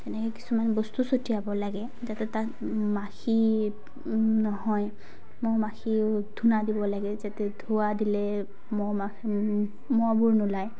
তেনেকৈ কিছুমান বস্তু ছঁটিয়াব লাগে যাতে তাত মাখি নহয় মহ মাখি ধূনা দিব লাগে যাতে ধোৱা দিলে মহ মা মহবোৰ নোলায়